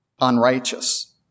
unrighteous